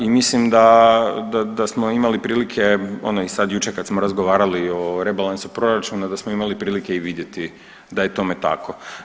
I mislim da smo imali prilike ono i sad jučer kad smo razgovarali o rebalansu proračuna, da smo imali prilike i vidjeti da je tome tako.